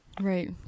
Right